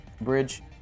bridge